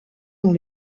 dans